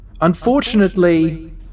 unfortunately